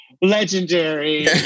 Legendary